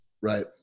Right